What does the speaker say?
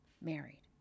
married